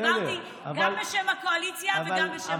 דיברתי גם בשם הקואליציה וגם בשם האופוזיציה.